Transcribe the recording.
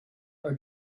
are